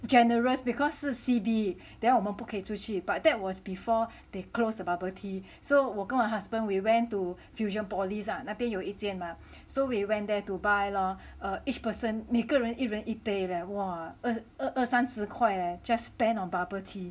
generous because 是 C_B then 我们不可以出去 but that was before they closed the bubble tea so 我跟我 husband we went to fusionopolis 那边有一间 mah so we went there to buy lor each person 每个人一人一杯 leh !wah! 二二三十块 leh just spend on bubble tea